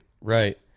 Right